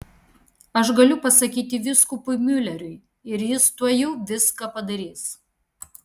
aš galiu pasakyti vyskupui miuleriui ir jis tuojau viską padarys